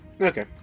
Okay